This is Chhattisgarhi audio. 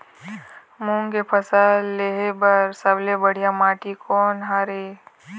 मूंग के फसल लेहे बर सबले बढ़िया माटी कोन हर ये?